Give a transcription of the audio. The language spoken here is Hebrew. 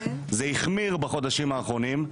וזה החמיר בחודשים האחרונים.